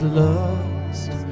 lost